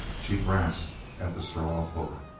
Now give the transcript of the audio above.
she grasped at the straw of hope.